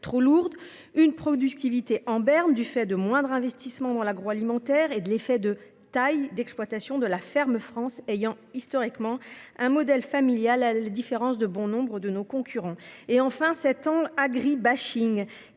trop lourde, une productivité en berne du fait de moindres investissements dans l'agroalimentaire et de l'effet de taille d'exploitation de la ferme France ayant historiquement, un modèle familial à la différence de bon nombre de nos concurrents et enfin sept ans gris bashing